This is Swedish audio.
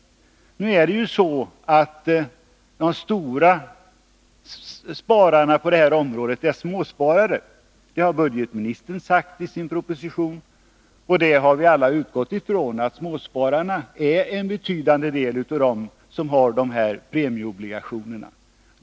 Men nu är det ju så, att de stora spararna på detta område är småsparare — det har budgetministern sagt i sin proposition, och vi har alla utgått från att småspararna är en betydande del av dem som har premieobligationer.